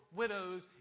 widows